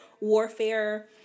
warfare